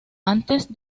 antes